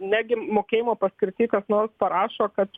negi mokėjimo paskirty kas nors parašo kad